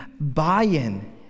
buy-in